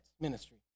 ministry